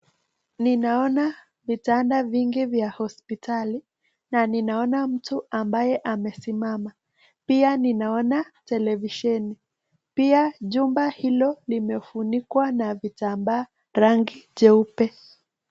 Ninaona vitanda vingi vya hospitali na ninaona mtu ambaye amesimama. Pia ninaona televisheni. Pia jumba hilo limefunikwa na vitambaa rangi jeupe.